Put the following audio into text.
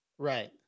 Right